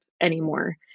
anymore